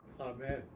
Amen